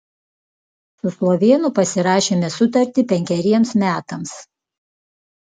su slovėnu pasirašėme sutartį penkeriems metams